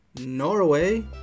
Norway